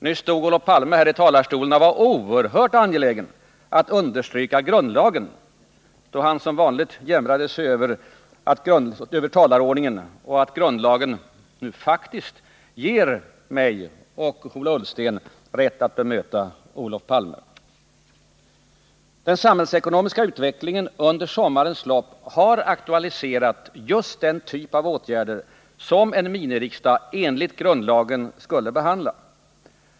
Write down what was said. Nyss stod Olof Palme här i talarstolen och var oerhört angelägen att understryka grundlagen, då han som vanligt jämrade sig över talarordningen och över att grundlagen faktiskt ger mig och Ola Ullsten rätt att bemöta Olof Palme. Den samhällsekonomiska utvecklingen under sommarens lopp har aktualiserat just den typ av åtgärder som en miniriksdag enligt grundlagen skulle behandla.